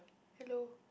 hello